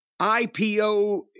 IPO